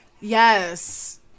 Yes